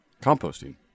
composting